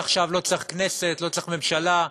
מעכשיו לא צריך כנסת, לא צריך ממשלה,